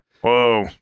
Whoa